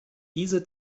diese